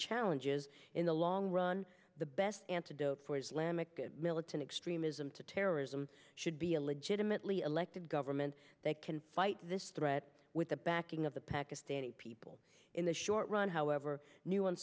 challenges in the long run the best antidote for islamic militant extremism to terrorism should be a legitimately elected government that can fight this threat with the backing of the pakistani people in the short run however new